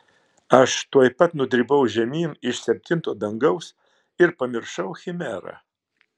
aš tuoj pat nudribau žemyn iš septinto dangaus ir pamiršau chimerą